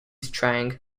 strang